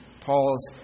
Paul's